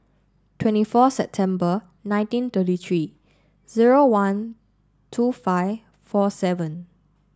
twenty four September nineteen thirty three zero one two five four seven